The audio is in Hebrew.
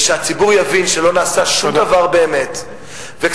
וכשהציבור יבין שלא נעשה שום דבר באמת וכספים